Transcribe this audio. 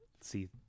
see